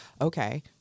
okay